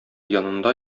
янында